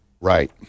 Right